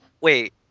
Wait